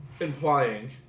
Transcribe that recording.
Implying